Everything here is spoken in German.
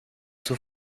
zur